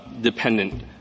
dependent